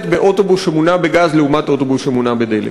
באוטובוס שמונע בגז לעומת אוטובוס שמונע בדלק.